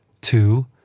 two